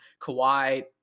Kawhi